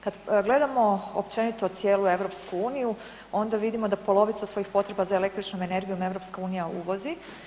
Kad gledamo općenito cijelu EU onda vidimo da polovicu svojih potreba za električnom energijom EU uvozi.